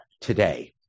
today